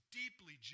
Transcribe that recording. deeply